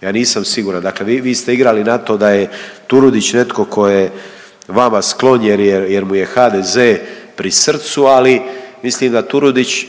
Ja nisam siguran dakle. Vi ste igrali na to da je Turudić netko tko je vama sklon jer je, jer mu je HDZ pri srcu ali mislim da Turudić